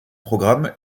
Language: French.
programme